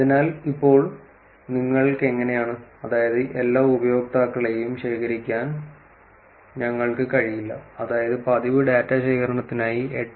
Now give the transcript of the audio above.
അതിനാൽ ഇപ്പോൾ നിങ്ങൾക്കെങ്ങനെയാണ് അതായത് എല്ലാ ഉപയോക്താക്കളെയും ശേഖരിക്കാൻ ഞങ്ങൾക്ക് കഴിയില്ല അതായത് പതിവ് ഡാറ്റ ശേഖരണത്തിനായി 8